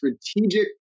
Strategic